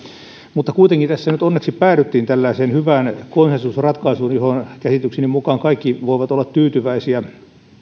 kuitenkin tässä nyt onneksi päädyttiin tällaiseen hyvään konsensusratkaisuun johon käsitykseni mukaan kaikki voivat olla tyytyväisiä